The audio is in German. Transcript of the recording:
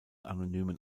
anonymen